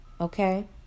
okay